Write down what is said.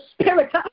spirit